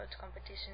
competition